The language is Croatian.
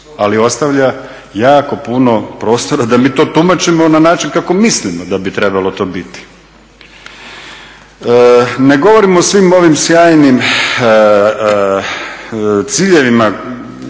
ali ostavlja jako puno prostora da mi to tumačimo na način kako mislimo da bi trebalo to biti. Ne govorimo o svim ovim sjajnim ciljevima